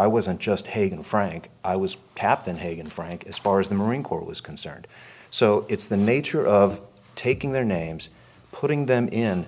i wasn't just hagen frank i was captain haig and frank as far as the marine corps was concerned so it's the nature of taking their names putting them in